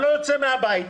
אני לא יוצא מהבית,